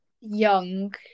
young